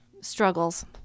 struggles